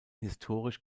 historisch